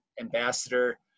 ambassador